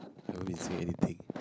I won't be saying anything